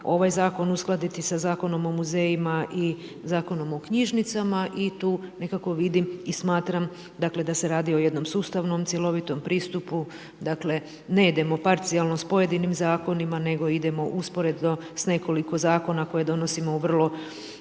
ovaj zakon uskladiti sa Zakonom o muzejima i Zakonom o knjižnicama i tu nekako vidim i smatram da se radi o jednom sustavnom, cjelovitom pristupu, dakle .../Govornik se ne razumije./... s pojedinim zakona, nego idemo usporedno s nekoliko zakona koje donosimo u vrlo